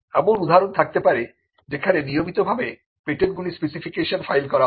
এমন উদাহরণ থাকতে পারে যেখানে নিয়মিতভাবে পেটেন্ট গুলি স্পেসিফিকেশন ফাইল করা হয়